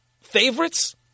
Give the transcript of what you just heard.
favorites